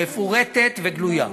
מפורטת וגלויה.